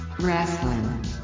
Wrestling